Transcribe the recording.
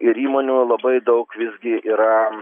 ir įmonių labai daug visgi yra